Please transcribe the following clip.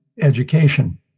education